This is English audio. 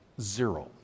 zero